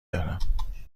دارم